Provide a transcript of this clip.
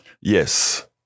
Yes